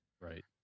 Right